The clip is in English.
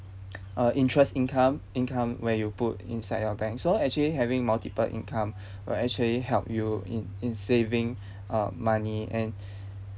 uh interest income income where you put inside your bank so actually having multiple income will actually help you in in saving uh money and